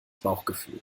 bauchgefühl